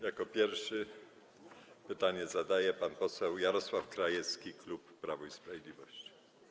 Jako pierwszy pytanie zadaje pan poseł Jarosław Krajewski, klub Prawo i Sprawiedliwość.